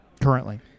currently